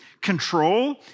control